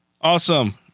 Awesome